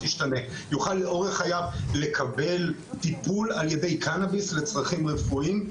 יוכל לאורך חייו לקבל טיפול על ידי קנביס לצרכים רפואיים?